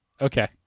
Okay